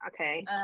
Okay